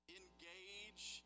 engage